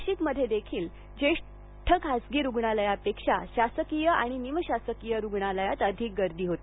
नाशिकमधेदेखील जेष्ठ खासगी रुग्णालयापेक्षा शासकीय आणि निमशासकीय रुग्णालयात अधिक गर्दी होती